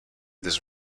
this